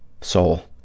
soul